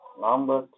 number